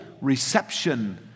reception